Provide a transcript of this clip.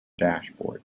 dashboard